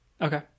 Okay